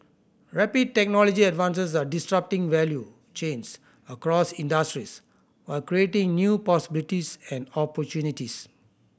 rapid technology advance are disrupting value chains across industries while creating new possibilities and opportunities